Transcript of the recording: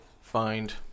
find